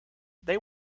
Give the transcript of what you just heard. they